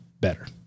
better